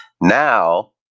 Now